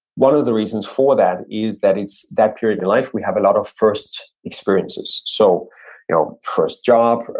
one of the reasons for that is that it's that period in life we have a lot of first experiences. so you know first job,